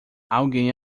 alguém